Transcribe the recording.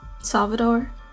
Salvador